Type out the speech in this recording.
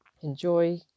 Enjoy